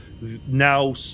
now